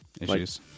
issues